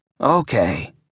Okay